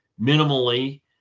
minimally